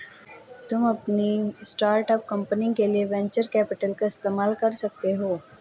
तुम अपनी start company के लिए वेन्चर कैपिटल का इस्तेमाल कर सकते हो